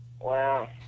Wow